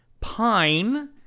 Pine